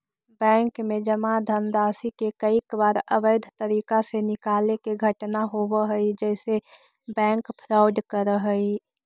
bank में जमा धनराशि के कईक बार अवैध तरीका से निकाले के घटना होवऽ हइ जेसे बैंक फ्रॉड करऽ हइ